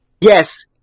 Yes